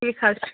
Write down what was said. ٹھیٖک حظ چھُ